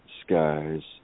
skies